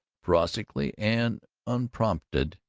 prosaically and unprompted,